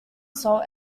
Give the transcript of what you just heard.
salt